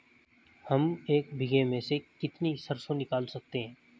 हम एक बीघे में से कितनी सरसों निकाल सकते हैं?